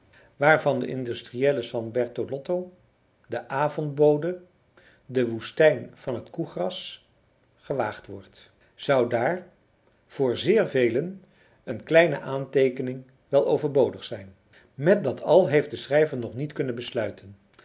van de industriëlles van bertolotto de avondbode de woestijn van het koegras gewaagd wordt zou daar voor zeer velen een kleine aanteekening wel overbodig zijn met dat al heeft de schrijver nog niet kunnen besluiten